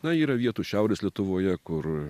na yra vietų šiaurės lietuvoje kur